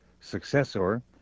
successor